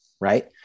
Right